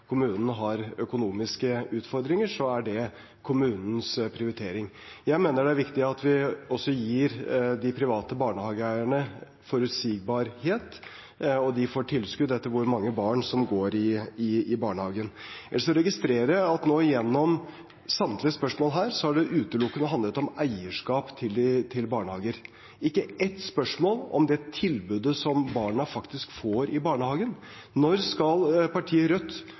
kommunen har økonomiske utfordringer, er det kommunens prioritering. Jeg mener det er viktig at vi også gir de private barnehageeierne forutsigbarhet, og de får tilskudd etter hvor mange barn som går i barnehagen. Ellers registrerer jeg at gjennom samtlige spørsmål her har det utelukkende handlet om eierskap til barnehager. Det har ikke vært ett spørsmål om det tilbudet som barna faktisk får i barnehagen. Når skal partiet Rødt